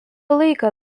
laiką